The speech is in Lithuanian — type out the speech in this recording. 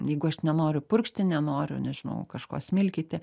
jeigu aš nenoriu purkšti nenoriu nežinau kažko smilkyti